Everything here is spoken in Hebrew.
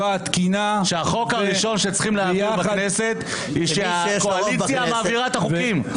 שהחוק הראשון שצריכים להעביר בכנסת הוא שהקואליציה מעבירה את החוקים.